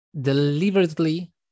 deliberately